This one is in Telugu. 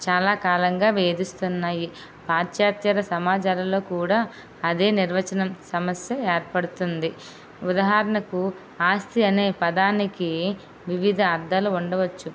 చాలా కాలంగా వేధిస్తు ఉన్నాయి పాశ్చాతర సమాజాలలో కూడా అదే నిర్వచనం సమస్య ఏర్పడుతుంది ఉదాహరణకు ఆస్తి అనే పదానికి వివిధ అర్ధాలు ఉండవచ్చు